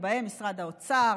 ובהם משרד האוצר,